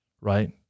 right